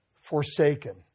forsaken